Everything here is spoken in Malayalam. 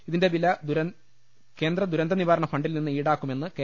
ഇതിന്റെ വില കേന്ദ്ര ദുരന്ത നിവാരണ ഫണ്ടിൽ നിന്ന് ഈടാക്കു മെന്ന് കെ